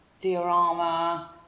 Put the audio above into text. Diorama